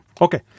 Okay